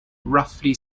roughly